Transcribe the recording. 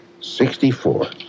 Sixty-four